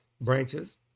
branches